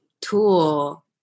tool